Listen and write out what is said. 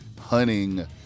hunting